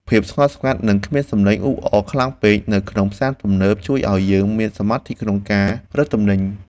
ភាពស្ងប់ស្ងាត់និងគ្មានសំឡេងអ៊ូអរខ្លាំងពេកនៅក្នុងផ្សារទំនើបជួយឱ្យយើងមានសមាធិក្នុងការរើសទំនិញ។